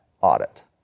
audit